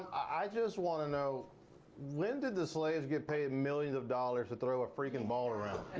i just wanna know when did the slaves get paid millions of dollars to throw a freaking ball around?